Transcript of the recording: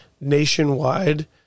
nationwide